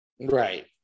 right